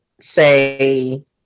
say